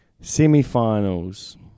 Semi-finals